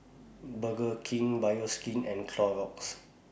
Burger King Bioskin and Clorox